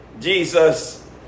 Jesus